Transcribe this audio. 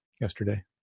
yesterday